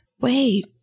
wait